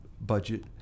budget